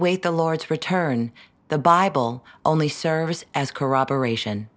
wait the lord's return the bible only service as corroboration